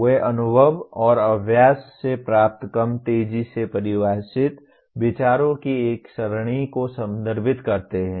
वे अनुभव और अभ्यास से प्राप्त कम तेजी से परिभाषित विचारों की एक सरणी को संदर्भित करते हैं